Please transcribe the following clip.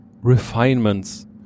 refinements